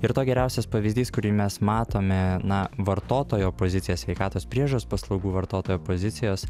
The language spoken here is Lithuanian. ir to geriausias pavyzdys kurį mes matome na vartotojo pozicija sveikatos priežiūros paslaugų vartotojo pozicijos